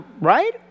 Right